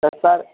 त सर